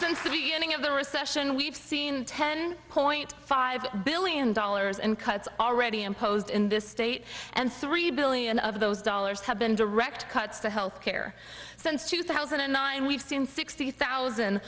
since the beginning of the recession we've seen ten point five billion dollars in cuts already imposed in this state and three billion of those dollars have been direct cuts to health care since two thousand and nine we've seen sixty thousand